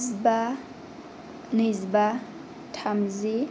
जिबा नैजिबा थामजि